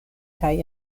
kaj